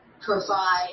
provide